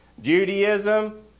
Judaism